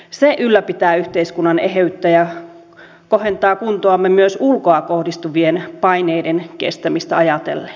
se ylläpitää yhteiskunnan eheyttä ja kohentaa kuntoamme myös ulkoa kohdistuvien paineiden kestämistä ajatellen